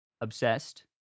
obsessed